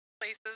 places